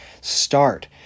start